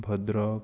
Bhadrak